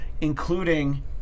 including